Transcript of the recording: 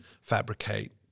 fabricate